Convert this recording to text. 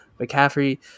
McCaffrey